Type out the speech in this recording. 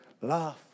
Laugh